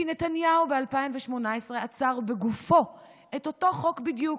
כי נתניהו ב-2018 עצר בגופו את אותו חוק בדיוק.